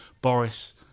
Boris